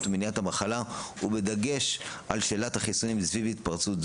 המחלה בדגש על שאלת החיסון עקב ההתפרצות,